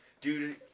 dude